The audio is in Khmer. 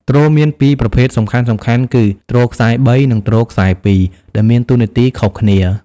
ទ្រមានពីរប្រភេទសំខាន់ៗគឺ ទ្រខ្សែបី និង ទ្រខ្សែពីរ ដែលមានតួនាទីខុសគ្នា។